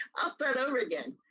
i'll start over again.